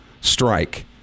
strike